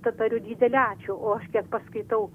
tad tariu didelį ačiū o aš kiek paskaitau